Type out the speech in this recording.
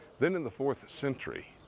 then in the fourth century,